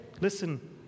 listen